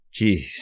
Jeez